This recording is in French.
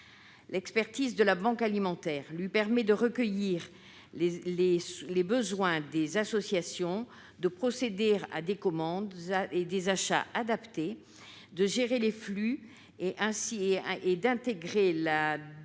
expertise, la banque alimentaire est à même de recueillir les besoins des associations, de procéder à des commandes et à des achats adaptés, de gérer les flux et de distribuer